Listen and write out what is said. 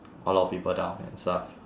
a lot of people down and stuff